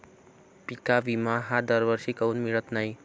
पिका विमा हा दरवर्षी काऊन मिळत न्हाई?